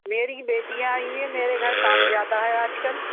میری بیٹیاں آئی ہوئی ہیں میرے گھر کام زیادہ ہے آج کل